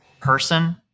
person